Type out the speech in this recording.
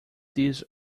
these